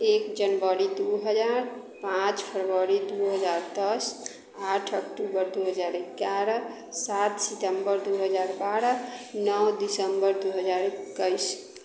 एक जनवरी दू हजार पाँच फरवरी दू हजार दश आठ अक्टूबर दू हजार एगारह सात सितम्बर दू हजार बारह नओ दिसम्बर दू हजार एकैस